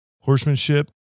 horsemanship